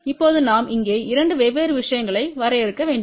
இப்போது நாம் இங்கே இரண்டு வெவ்வேறு விஷயங்களை வரையறுக்க வேண்டும்